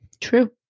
True